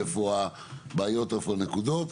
איפה הבעיות או איפה הנקודות.